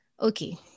okay